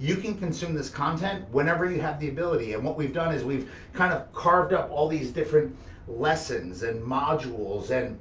you can consume this content whenever you have the ability, and what we've done is we've kind of carved up all these different lessons and modules and